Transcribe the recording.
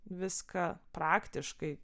viską praktiškai